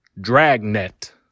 Dragnet